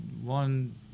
One